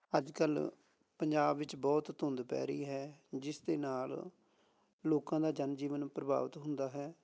ਅੱਜ ਕੱਲ੍ਹ ਪੰਜਾਬ ਵਿੱਚ ਬਹੁਤ ਧੁੰਦ ਪੈ ਰਹੀ ਹੈ ਜਿਸ ਦੇ ਨਾਲ ਲੋਕਾਂ ਦਾ ਜਨਜੀਵਨ ਪ੍ਰਭਾਵਿਤ ਹੁੰਦਾ ਹੈ